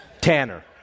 Tanner